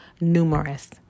numerous